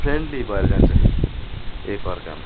friendly भएर जान्छ एकअर्कामा